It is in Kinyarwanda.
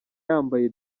yambaye